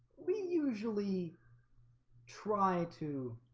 we usually try to